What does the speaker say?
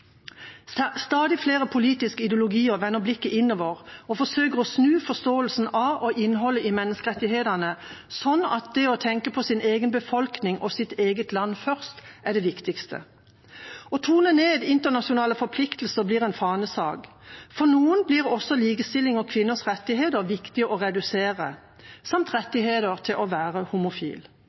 Stadig flere politiske ideologier vender blikket innover og forsøker å snu forståelsen av og innholdet i menneskerettighetene, slik at det å tenke på sin egen befolkning og sitt eget land først er det viktigste. Å tone ned internasjonale forpliktelser blir en fanesak. For noen blir det også viktig å svekke likestillingen og kvinners rettigheter